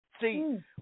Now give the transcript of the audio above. see